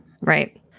Right